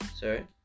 Sorry